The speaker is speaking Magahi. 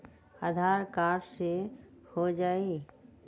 आधार कार्ड से हो जाइ?